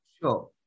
Sure